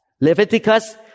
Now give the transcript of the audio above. Leviticus